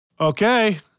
Okay